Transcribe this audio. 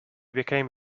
became